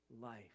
life